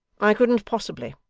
i couldn't possibly.